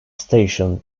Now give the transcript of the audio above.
station